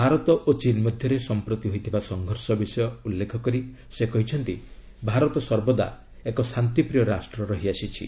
ଭାରତ ଓ ଚୀନ୍ ମଧ୍ୟରେ ସମ୍ପ୍ରତି ହୋଇଥିବା ସଂଘର୍ଷ ବିଷୟ ଉଲ୍ଲେଖ କରି ସେ କହିଛନ୍ତି ଭାରତ ସର୍ବଦା ଏକ ଶାନ୍ତିପ୍ରିୟ ରାଷ୍ଟ୍ର ରହିଆସିଛି